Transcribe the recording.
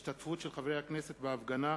השתתפות של חברי הכנסת בהפגנה,